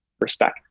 respect